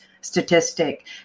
statistic